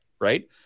right